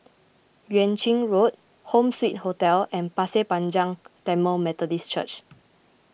Yuan Ching Road Home Suite Hotel and Pasir Panjang Tamil Methodist Church